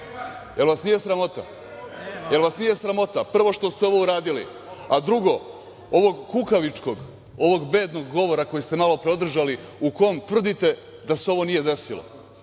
Jel vas nije sramota prvo što ste ovo uradili, a drugo, ovog kukavičkog, bednog govora koji ste malo pre održali, u kom tvrdite da se ovo nije desilo.